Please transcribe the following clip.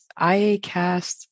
IACast